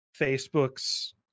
Facebook's